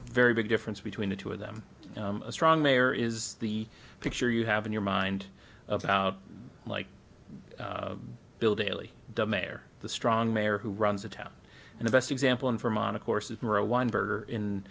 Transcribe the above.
very big difference between the two of them a strong mayor is the picture you have in your mind of like bill daley the mayor the strong mayor who runs the town and the best example in vermont of course